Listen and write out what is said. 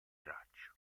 braccio